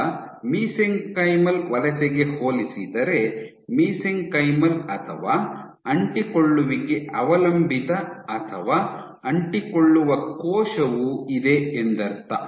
ಈಗ ಮಿಸೆಂಕೈಮಲ್ ವಲಸೆಗೆ ಹೋಲಿಸಿದರೆ ಮೈಸೆಂಕೈಮಲ್ ಅಥವಾ ಅಂಟಿಕೊಳ್ಳುವಿಕೆ ಅವಲಂಬಿತ ಅಥವಾ ಅಂಟಿಕೊಳ್ಳುವ ಕೋಶವು ಇದೆ ಎಂದರ್ಥ